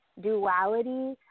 duality